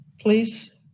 Please